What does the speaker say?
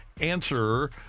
answer